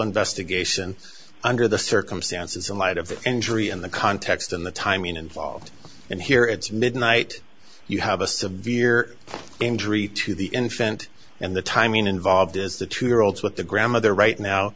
investigation under the circumstances in light of the injury in the context and the timing involved and here it's midnight you have a severe injury to the infant and the timing involved is the two year olds with the grandmother right now